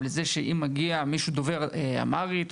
לזה שאם מגיע דובר אמהרית,